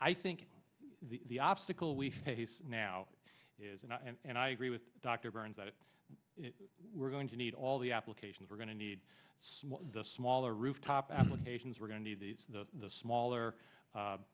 i think the obstacle we face now is and i and i agree with dr burns that we're going to need all the applications we're going to need the smaller rooftop applications we're going to need these the smaller